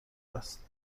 است